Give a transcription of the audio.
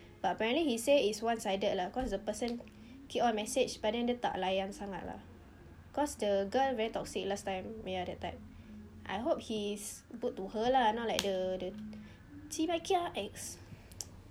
but apparently he said it's one sided lah cause the person keep on message but then dia tak layan sangat lah cause the girl very toxic last time ya that type I hope he's good to her lah not like the the cheebye kia ex